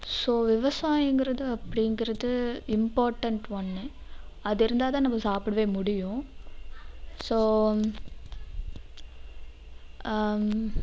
so விவசாயிங்கறது அப்படிங்கறது important ஒன்று அது இருந்தா தான் நம்ம சாப்பிடவே முடியும் ஸோ